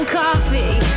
coffee